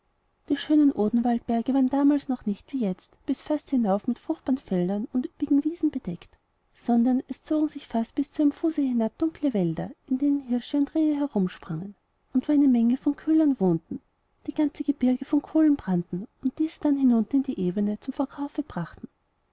die schönen odenwaldberge waren damals noch nicht wie jetzt bis fast hinauf mit fruchtbaren feldern und üppigen wiesen bedeckt sondern es zogen sich bis fast zu ihrem fuße hinab dunkle wälder in denen hirsche und rehe herumsprangen und wo eine menge von köhlern wohnten die ganze gebirge von kohlen brannten und diese dann hinunter in die ebene zum verkaufe brachten